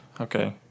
Okay